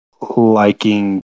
liking